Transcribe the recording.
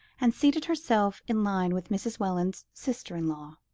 and seated herself in line with mrs. welland's sister-in-law,